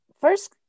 first